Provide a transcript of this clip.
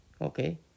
Okay